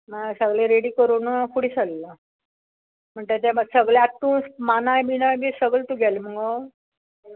नाल्यार सगलें रेडी करून फुडें सल्लो म्हणटा ते सगले आतां तूं मानाय बिनाय बी सगले तुगेले मुगो